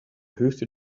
höchste